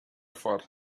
thought